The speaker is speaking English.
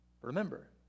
Remember